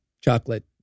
Chocolate